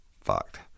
fucked